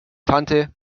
tante